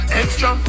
extra